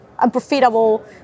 Unprofitable